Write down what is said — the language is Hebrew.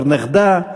בתור נכדה,